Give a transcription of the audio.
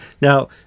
Now